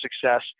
success